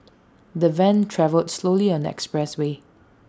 the van travelled slowly on the expressway